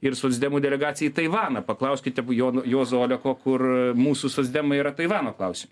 ir socdemų delegacija į taivaną paklauskite jo juozo oleko kur mūsų socdemai yra taivano klausimu